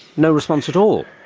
no response at all.